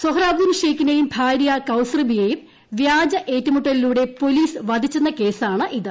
സൊഹ്റാബുദ്ദീൻ ഷേഖിനെയും ഭാര്യ കൌസർബിയേയും വ്യാജ ഏറ്റുമുട്ടലിലൂടെ പോലീസ് വധിച്ചെന്ന കേസാണ് ഇത്